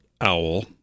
owl